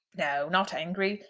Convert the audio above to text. no not angry.